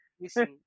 Listen